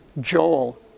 Joel